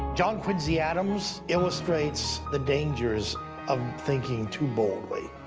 john quincy adams illustrates the dangers of thinking too boldly.